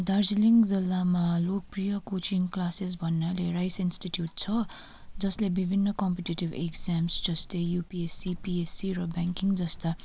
दार्जिलिङ जिल्लामा लोकप्रिय coaching classes भन्नाले राइस इन्सटिट्युट छ जसले विभिन्न कमपिटेटिभ इक्जाम जस्तै युपिएससी पिएससी र ब्याङ्किङ जस्ता